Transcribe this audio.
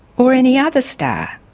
or any other star?